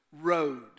Road